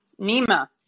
Nima